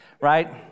right